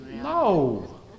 No